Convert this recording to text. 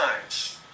Times